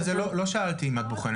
אבל לא שאלתי אם את בוחנת.